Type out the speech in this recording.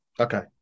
Okay